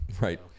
Right